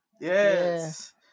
yes